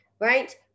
right